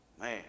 man